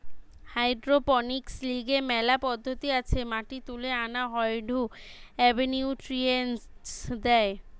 hydroponics লিগে মেলা পদ্ধতি আছে মাটি তুলে আনা হয়ঢু এবনিউট্রিয়েন্টস দেয়